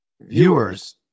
viewers